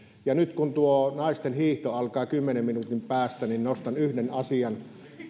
ja nyt kun tuo naisten hiihto alkaa kymmenen minuutin päästä niin nostan yhden asian